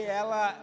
ela